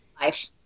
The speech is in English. life